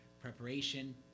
preparation